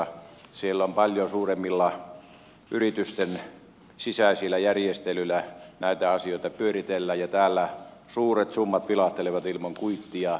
siellä paljon suuremmilla yritysten sisäisillä järjestelyillä näitä asioita pyöritellään ja täällä suuret summat vilahtelevat ilman kuittia